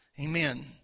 Amen